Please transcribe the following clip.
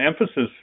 emphasis